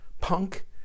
Punk